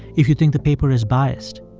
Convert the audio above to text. if you think the paper is biased,